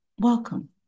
welcome